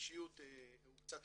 הוא קצת